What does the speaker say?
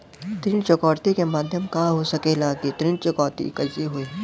ऋण चुकौती के माध्यम का हो सकेला कि ऋण चुकौती कईसे होई?